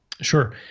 Sure